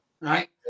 Right